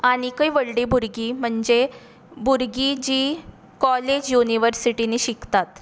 आनीकय व्हडली भुरगीं म्हणजे भुरगीं जीं काॅलेज युन्हिवर्सिटींनी शिकतात